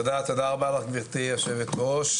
תודה רבה לך גבירתי יושבת-הראש.